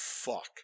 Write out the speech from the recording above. fuck